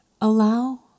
Allow